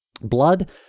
Blood